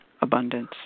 abundance